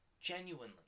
genuinely